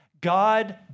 God